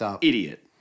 idiot